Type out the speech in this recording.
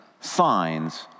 signs